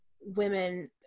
women